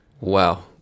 Wow